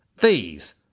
These